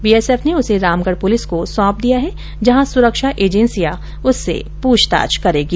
BSF ने उसे Ramgarh police को सौंप दिया है जहां सुरक्षा एजेंसियां उससे पूछताछ करेगी